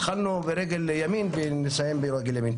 התחלנו ברגל ימין ונסיים ברגל ימין.